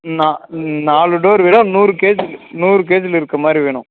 நா நாலு டோர் வேணும் நூறு கேஜி நூறு கேஜியில் இருக்க மாதிரி வேணும்